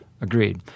agreed